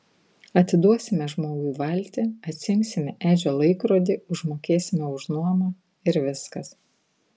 atiduosime žmogui valtį atsiimsime edžio laikrodį užmokėsime už nuomą ir viskas